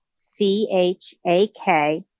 C-H-A-K